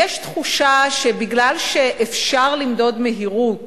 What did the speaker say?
יש תחושה שמכיוון שאפשר למדוד מהירות